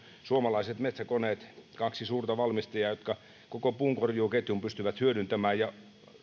suomalaiset metsäkoneet kaksi suurta valmistajaa koko puunkorjuuketjun pystyvät hyödyntämään ja